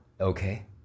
Okay